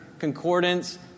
concordance